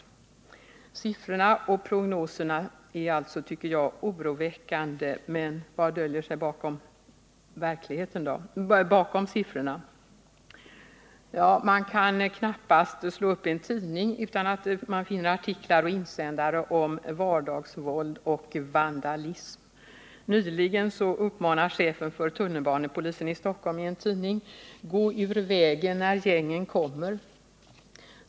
Jag tycker alltså att siffrorna och prognoserna är oroväckande. Men vad döljer sig då bakom siffrorna? Ja, man kan knappast slå upp en tidning utan att finna artiklar och insändare om vardagsvåld och vandalism. Nyligen gav chefen för Stockholms tunnelbanepolis i en tidningsintervju folk här i staden följande uppmaning: Gå ur vägen när gängen kommer!